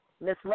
Miss